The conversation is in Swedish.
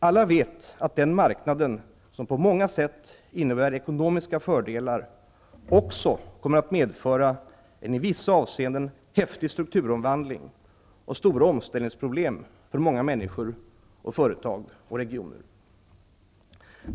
Alla vet att den marknaden, som på många sätt innebär ekonomiska fördelar, också kommer att medföra en i vissa avseenden häftig strukturomvandling och stora omställningsproblem för många människor, företag och regioner.